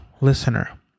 listener